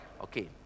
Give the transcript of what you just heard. okay